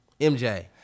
MJ